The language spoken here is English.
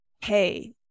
Hey